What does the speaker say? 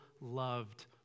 loved